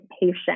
patient